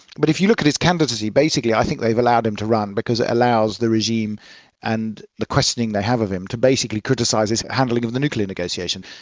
but if you look at his candidacy basically i think they've allowed him to run because it allows the regime and the questioning they have of him to basically criticise his handling of the nuclear negotiation.